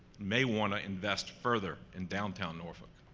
may want to invest further in downtown norfolk,